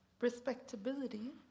respectability